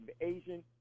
Asian